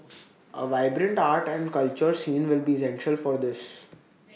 A vibrant arts and culture scene will be essential for this